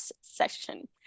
session